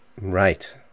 Right